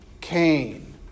Cain